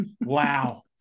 Wow